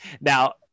Now